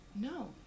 No